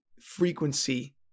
frequency